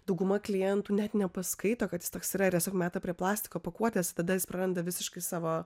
dauguma klientų net nepaskaito kad jis toks yra ir tiesiog meta prie plastiko pakuotes tada jis praranda visiškai savo